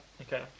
Okay